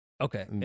Okay